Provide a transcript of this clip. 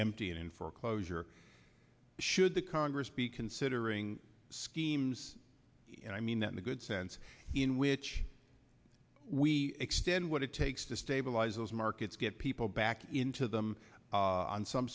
empty and in foreclosure should the congress be considering schemes and i mean that in a good sense in which we extend what it takes to stabilize those markets get people back into them on some